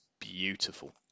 beautiful